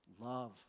Love